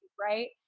right.